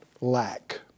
lack